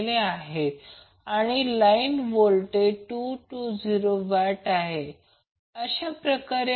आता ते होण्याआधी हे थ्री फेज सर्किट संपवण्याआधी मी एक किंवा दोन गोष्टी सांगेन मी त्या इथेच सांगत आहे